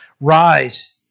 rise